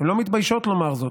הן לא מתביישות לומר זאת,